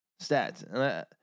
stats